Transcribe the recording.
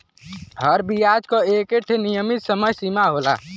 हर बियाज क एक ठे नियमित समय सीमा होला